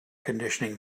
conditioning